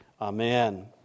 Amen